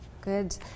Good